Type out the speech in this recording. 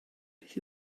beth